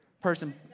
Person